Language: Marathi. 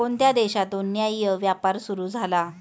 कोणत्या देशातून न्याय्य व्यापार सुरू झाला?